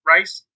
Rice